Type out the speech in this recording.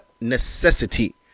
necessity